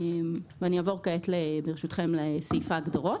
ברשותכם, אני אעבור לסעיף ההגדרות.